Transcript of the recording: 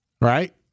Right